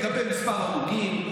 לגבי מספר הרוגים,